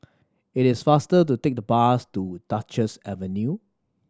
it is faster to take the bus to Duchess Avenue